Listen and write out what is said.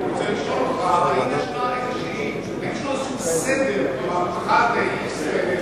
אני רוצה לשאול אותך אם יש איזשהו סדר אחת לשלושה חודשים,